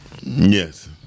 Yes